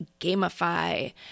gamify